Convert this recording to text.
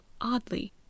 oddly